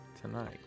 tonight